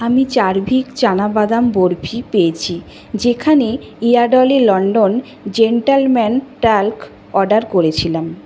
আমি চার্ভিক চানা বাদাম বরফি পেয়েছি যেখানে Yardley London gentleman talc order করেছিলাম